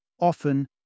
often